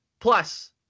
Plus